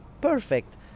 Perfect